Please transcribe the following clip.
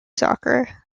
soccer